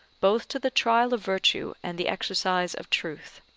both to the trial of virtue and the exercise of truth?